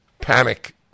panic